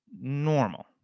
normal